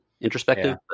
introspective